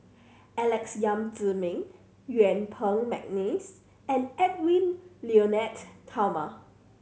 Alex Yam Ziming Yuen Peng McNeice and Edwy Lyonet Talma